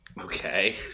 Okay